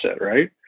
right